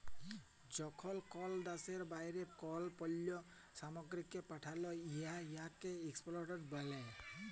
যখল কল দ্যাশের বাইরে কল পল্ল্য সামগ্রীকে পাঠাল হ্যয় উয়াকে এক্সপর্ট ব্যলে